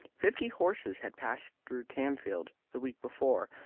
fifty horses had passed through tamfield the week before,